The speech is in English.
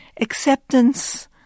acceptance